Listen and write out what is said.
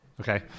okay